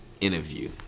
interview